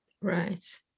Right